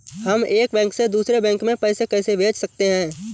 हम एक बैंक से दूसरे बैंक में पैसे कैसे भेज सकते हैं?